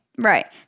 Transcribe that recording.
Right